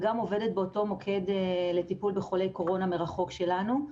וגם עובדת באותו מוקד לטיפול בחולי קורונה מרחוק שלנו,